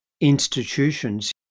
institutions